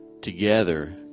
together